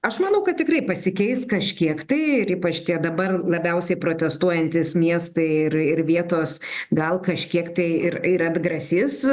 aš manau kad tikrai pasikeis kažkiek tai ir ypač tie dabar labiausiai protestuojantys miestai ir ir vietos gal kažkiek tai ir ir atgrasys